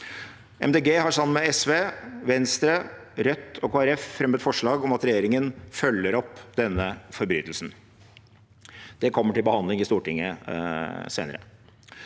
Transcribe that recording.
har sammen med SV, Venstre, Rødt og Kristelig Folkeparti fremmet forslag om at regjeringen følger opp denne forbrytelsen. Det kommer til behandling i Stortinget senere.